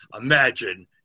Imagine